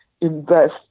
invest